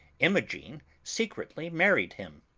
imogen secretly married him.